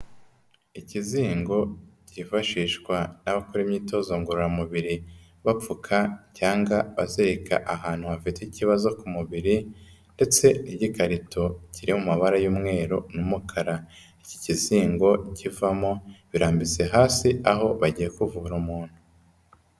Ikizingo kifashishwa n'abakora imyitozo ngororamubiri bapfuka cyangwa bazirika ahantu hafite ikibazo ku mubiri ndetse n'igikarito kiri mu mabara y'umweru n'umukara, iki kizingo kivamo birambitse hasi aho bagiye kuvura umuntu.